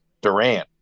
Durant